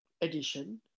edition